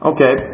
Okay